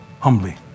Humbly